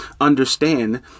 understand